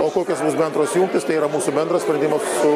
o kokios bus bendros jungtys tai yra mūsų bendras sprendimas su